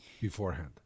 beforehand